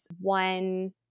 one